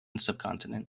subcontinent